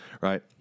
right